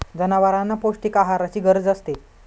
जनावरांना पौष्टिक आहाराची गरज असते